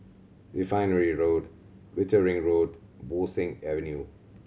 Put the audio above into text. Refinery Road Wittering Road Bo Seng Avenue